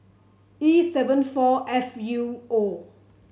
E seven four F U O